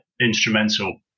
instrumental